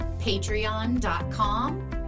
Patreon.com